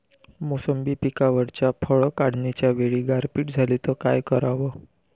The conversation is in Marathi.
मोसंबी पिकावरच्या फळं काढनीच्या वेळी गारपीट झाली त काय कराव?